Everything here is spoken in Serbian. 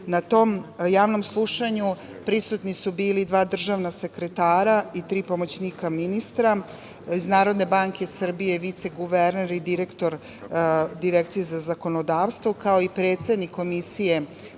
Na tom Javnom slušanju prisutna su bila dva državna sekretara i tri pomoćnika ministra, iz Narodne banke Srbije viceguverner i direktor Direkcije za zakonodavstvo, kao i predsednik Komisije